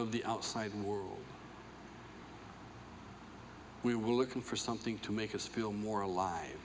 of the outside world we were looking for something to make us feel more alive